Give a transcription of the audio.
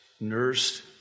nursed